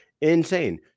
insane